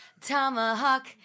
Tomahawk